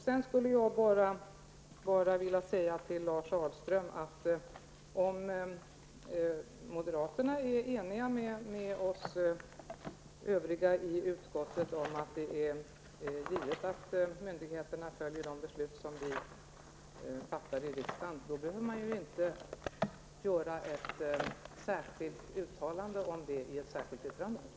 Sedan skulle jag bara vilja säga till Lars Ahlström att om moderaterna är eniga med oss övriga i utskottet om att det är givet att myndigheterna följer de beslut vi fattar i riksdagen, då behövs ju inte ett särskilt uttalande om detta i ett särskilt yttrande.